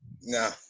No